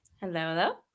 Hello